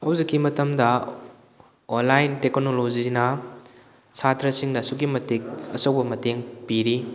ꯍꯧꯖꯤꯛꯀꯤ ꯃꯇꯝꯗꯥ ꯑꯣꯟꯂꯥꯏꯟ ꯇꯦꯛꯅꯣꯂꯣꯖꯤꯅꯥ ꯁꯥꯇ꯭ꯔꯥꯁꯤꯡꯗ ꯑꯁꯨꯛꯀꯤ ꯃꯇꯤꯛ ꯑꯆꯧꯕ ꯃꯇꯦꯡ ꯄꯤꯔꯤ